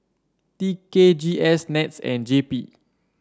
T K G S NETS and J P